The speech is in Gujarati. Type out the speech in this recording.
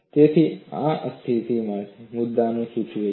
તેથી આ અસ્થિરતાના મુદ્દાને સૂચવે છે